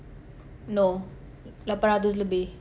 no lapan ratus lebih